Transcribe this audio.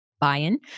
buy-in